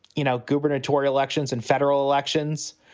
you know, gubernatorial elections and federal elections.